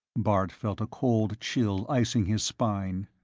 bart felt a cold chill icing his spine.